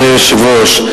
אדוני היושב-ראש,